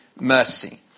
mercy